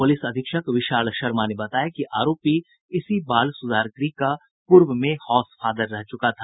police अधीक्षक विशाल शर्मा ने बताया कि आरोपी इसी बाल सुधार गृह का पूर्व में हाउस फादर रह चुका था